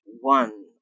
one